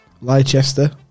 Leicester